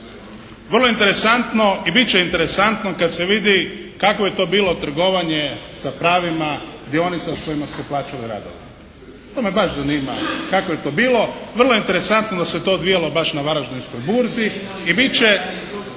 Vrlo je interesantno i bit će interesantno kad se vidi kakvo je to bilo trgovanje sa pravima dionicama s kojima su se plaćali radovi. To me baš zanima kako je to bilo. Vrlo interesantno se to odvijalo baš na Varaždinskoj burzi i bit će